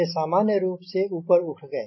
ये सामान्य रूप से ऊपर उठ गए